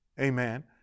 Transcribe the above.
Amen